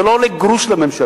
זה לא עולה גרוש לממשלה.